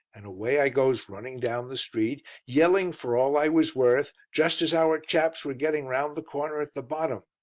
and away i goes running down the street, yelling for all i was worth, just as our chaps were getting round the corner at the bottom.